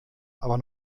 aber